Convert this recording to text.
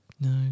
No